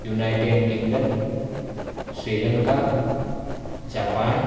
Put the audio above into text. United Kingdom Sri Lanka Japan